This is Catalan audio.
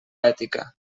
ètica